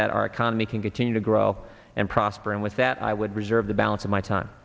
that our economy can continue to grow and prosper and with that i would reserve the balance of my time